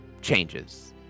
changes